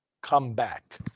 comeback